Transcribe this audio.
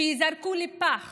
שייזרקו לפח